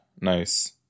Nice